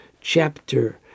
chapter